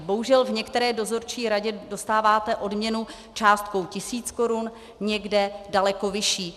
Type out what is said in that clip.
Bohužel v některé dozorčí radě dostáváte odměnu v částce tisíc korun, někde daleko vyšší.